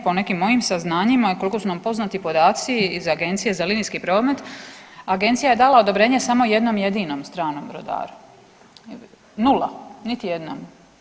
Po nekim mojim saznanjima i koliko su nam poznati podaci iz Agencije za linijski promet agencija je dala odobrenje samo jednom jedinom stranom brodaru. … [[Upadica iz klupe se ne razumije]] Nula, niti jednom.